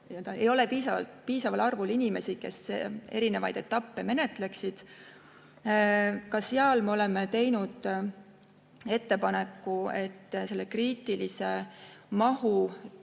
ei ole piisaval arvul inimesi, kes eri etappe menetleksid. Ka selle kohta oleme teinud ettepaneku: kriitilise mahu